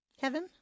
Kevin